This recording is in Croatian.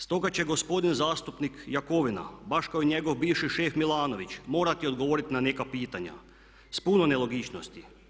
Stoga će gospodin zastupnik Jakovina baš kao i njegov bivši šef Milanović morati odgovoriti na neka pitanja s puno nelogičnosti.